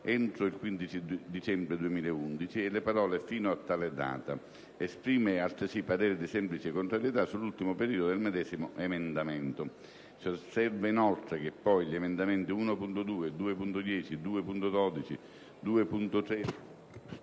"entro il 15 dicembre 2011" e le parole: "fino a tale data". Esprime altresì parere di semplice contrarietà sull'ultimo periodo dei medesimo emendamento. Si osserva inoltre che, poiché gli emendamenti 1.2, 2.10, 2.1.2, 2.13,